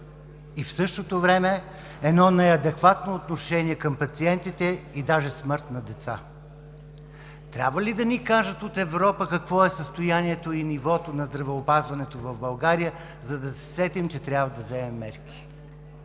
И в същото време – едно неадекватно отношение към пациентите и даже смърт на деца. Трябва ли да ни кажат от Европа какво е състоянието и нивото на здравеопазването в България, за да се сетим, че трябва да вземем мерки?!